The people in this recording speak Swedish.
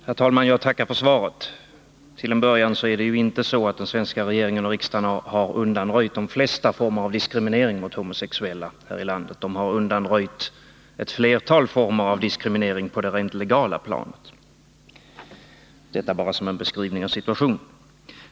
Herr talman! Jag tackar för svaret. Till en början vill jag säga att det ju inte är så att ”den svenska regeringen och riksdagen undanröjt de flesta former av diskriminering av homosexuella” här i landet. De har undanröjt ett flertal former av diskriminering på det rent legala planet. — Detta bara som en beskrivning av situationen.